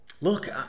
Look